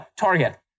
target